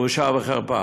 בושה וחרפה.